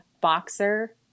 boxer